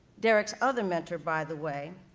derrick's other mentor, by the way,